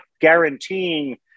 guaranteeing